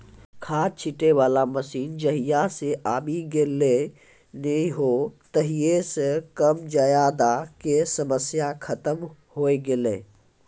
खाद छीटै वाला मशीन जहिया सॅ आबी गेलै नी हो तहिया सॅ कम ज्यादा के समस्या खतम होय गेलै